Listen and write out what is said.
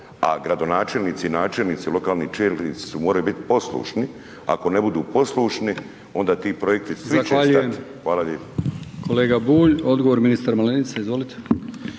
a gradonačelnici, načelnici i lokalni čelnici su morali biti poslušni, ako ne budu poslušni onda ti projekti svi će stat. Hvala lijepa.